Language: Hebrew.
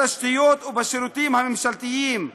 בתשתיות ובשירותים הממשלתיים,